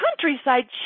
countryside